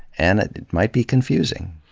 and it might be confusing.